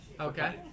Okay